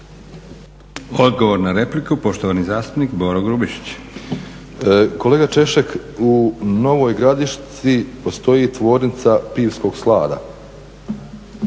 Odgovor na repliku poštovani zastupnik Boro Grubišić. **Grubišić, Boro (HDSSB)** Kolega Češek u Novoj gradišci postoji tvornica pivskog slada,